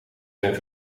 zijn